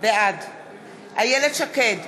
בעד איילת שקד,